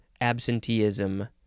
absenteeism